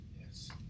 Yes